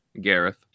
gareth